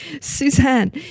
Suzanne